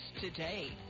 today